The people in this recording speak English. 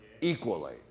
equally